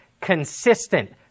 consistent